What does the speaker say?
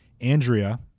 Andrea